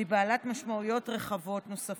והיא בעלת משמעויות רחבות נוספות.